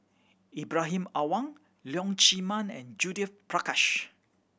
Ibrahim Awang Leong Chee Mun and Judith Prakash